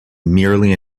merely